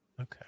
Okay